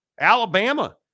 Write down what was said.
Alabama